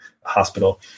hospital